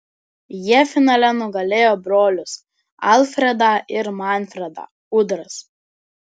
jie finale nugalėjo brolius alfredą ir manfredą udras